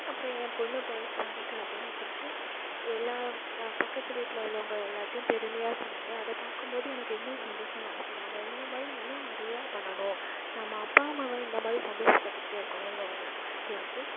அப்புறம் என் பொண்ணு பிரைஸ் வாங்கிட்டா அப்படின்னு சொல்லிவிட்டு எல்லா பக்கத்து வீட்டில் உள்ளவங்க எல்லார்கிடியும் பெருமையாக சொன்னாங்க அதைப் பார்க்கும்போது எனக்கு இன்னும் சந்தோஷமாக இந்துச்சி நம்ப இந்தமாதிரி இன்னும் நிறையா பண்ணனும் நம்ம அப்பா அம்மாவை இந்தமாதிரி சந்தோஷப்படுத்திக்கிட்டே இருக்கனுன்னு ஒன்று தோணுச்சு